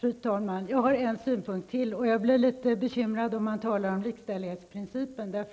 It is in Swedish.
Fru talman! Jag har en synpunkt till. Jag blir litet bekymrad när det talas om likställighetsprincipen. Den